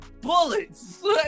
bullets